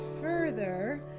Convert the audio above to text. further